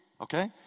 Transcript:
Okay